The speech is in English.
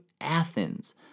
Athens